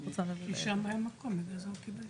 אולי בגלל ששם היה מקום אז בגלל זה הוא קיבל.